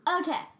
Okay